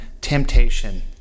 temptation